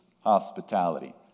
hospitality